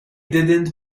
didn’t